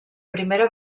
primera